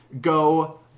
go